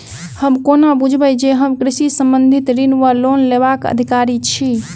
हम कोना बुझबै जे हम कृषि संबंधित ऋण वा लोन लेबाक अधिकारी छी?